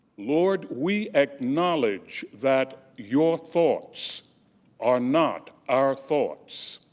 lord, we acknowledge that your thoughts are not our thoughts.